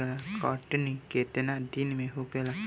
कटनी केतना दिन में होखेला?